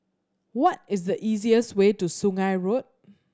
what is the easiest way to Sungei Road